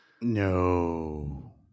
No